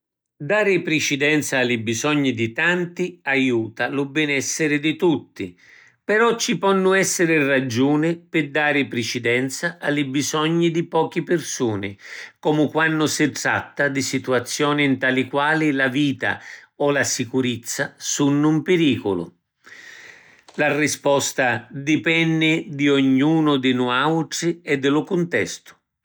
Dari pricidenza a li bisogni di tanti aiuta lu benessiri di tutti. Però ci ponnu essiri ragiuni pi dari pricidenza a li bisogni di pochi pirsuni, comu quannu si tratta di situazioni nta li quali la vita o la sicurizza sunnu in piriculu. La risposta dipenni di ognunu di nuatri e di lu cuntestu.